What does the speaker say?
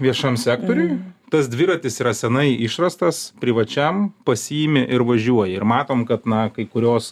viešam sektoriui tas dviratis yra senai išrastas privačiam pasiimi ir važiuoji ir matom kad na kai kurios